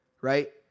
Right